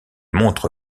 montre